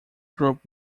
group